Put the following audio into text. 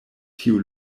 tiu